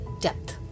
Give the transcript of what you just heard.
depth